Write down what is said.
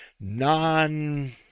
non